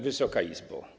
Wysoka Izbo!